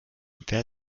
wer